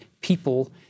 people